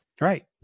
Right